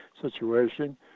situation